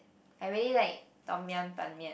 I really like tom-yam Ban-Mian